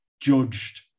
judged